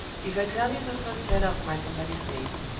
if i tell you the first letter of my somebody's name,